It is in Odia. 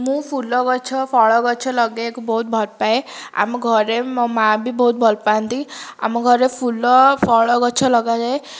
ମୁଁ ଫୁଲ ଗଛ ଫଳ ଗଛ ଲଗାଇବାକୁ ବହୁତ ଭଲ ପାଏ ଆମ ଘରେ ମୋ ମାଆ ବି ବହୁତ ଭଲ ପାଆନ୍ତି ଆମ ଘରେ ଫୁଲ ଫଳ ଗଛ ଲଗାଯାଏ